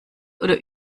oder